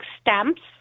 stamps